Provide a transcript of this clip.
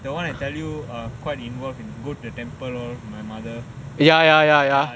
that [one] I tell you quite involved go to the temple my mother